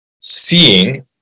seeing